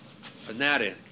fanatic